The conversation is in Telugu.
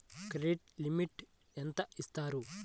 క్రెడిట్ లిమిట్ ఎంత ఇస్తారు?